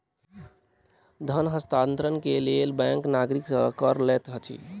धन हस्तांतरण के लेल बैंक नागरिक सॅ कर लैत अछि